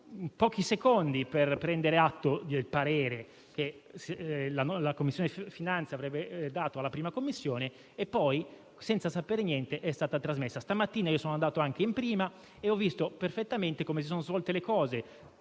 pochi secondi per prendere atto del parere che la 6a Commissione avrebbe dato alla 1a Commissione e poi, senza sapere niente, è stato trasmesso. Stamattina sono andato anche in 1a Commissione e ho visto perfettamente come si sono svolti i